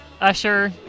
Usher